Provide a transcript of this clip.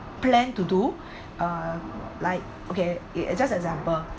planned to do uh like okay it just example